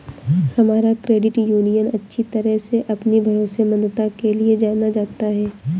हमारा credit union अच्छी तरह से अपनी भरोसेमंदता के लिए जाना जाता है